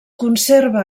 conserva